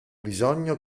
bisogno